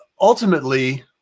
ultimately